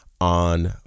on